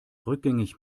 rückgängig